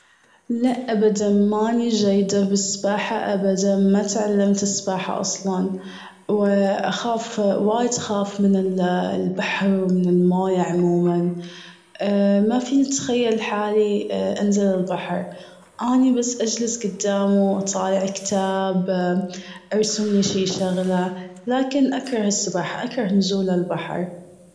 لا أبداً ماني جيدة بالسباحة أبداً ما تعلمت سباحة أصلاً. و اخاف وايد اخاف من البحر و من الموية عموماً. ما فيني نتخيل حالي انزل البحر. اني بس اجلس قدامه و اطالع كتاب ارسم لي في شغلة، لكن اكره السباحة اكره نزول البحر.